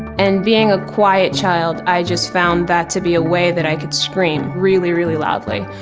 and being a quiet child, i just found that to be a way that i could scream really, really loudly.